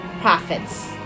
prophets